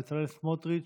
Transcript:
בצלאל סמוטריץ',